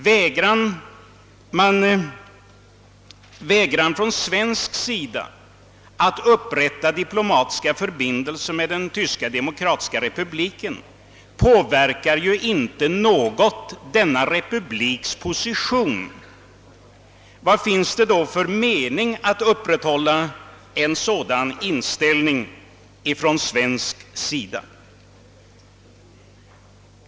Vägran från svensk sida att upprätta diplomatiska förbindelser med den tyska demokratiska republiken påverkar ju inte alls denna republiks position. Vad är det då för mening med att från svensk sida upprätthålla en sådan inställning?